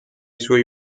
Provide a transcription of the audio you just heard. suoi